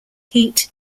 heat